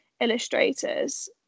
illustrators